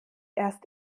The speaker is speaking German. erst